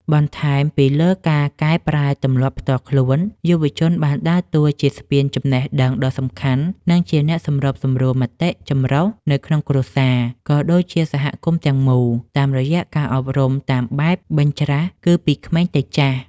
បន្ថែមពីលើការកែប្រែទម្លាប់ផ្ទាល់ខ្លួន យុវជនបានដើរតួជា ស្ពានចំណេះដឹងដ៏សំខាន់ និងជាអ្នកសម្របសម្រួលមតិចម្រុះនៅក្នុងគ្រួសារ ក៏ដូចជាសហគមន៍ទាំងមូល តាមរយៈការអប់រំតាមបែបបញ្ច្រាសគឺពីក្មេងទៅចាស់។